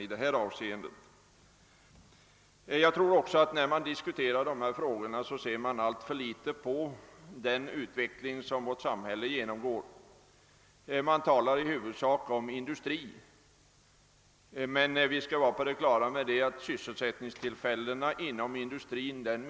Vid diskussionen av dessa frågor beaktar man, enligt min mening, i alltför ringa utsträckning den utveckling vårt samhälle genomgår. Det talas i huvudsak om industri, men vi skall vara på det klara med att sysselsättningstillfällena inom industrin minskar.